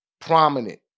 prominent